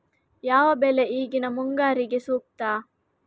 ಯಾವ ಬೆಳೆ ಈಗಿನ ಮುಂಗಾರಿಗೆ ಸೂಕ್ತ?